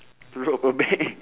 rob a bank